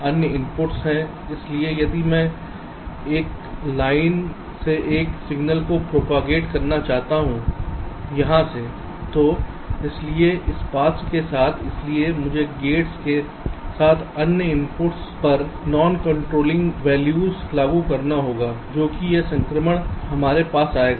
अन्य इनपुट्स हैं इसलिए यदि मैं एक लाइन से एक सिग्नल हो प्रोपागेट करना चाहता हूंयहां से तो इसलिए इस पाथ्स के साथ इसलिए मुझे गेट्स के साथ अन्य इनपुट्स पर नॉनकंट्रोलिंग मूल्य लागू करना होगा जैसे कि यह संक्रमण हमारे पास आएगा